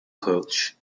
coach